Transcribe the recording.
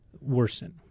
Worsen